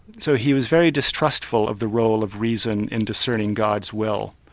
so he was very distrustful of the role of reason in discerning god's will.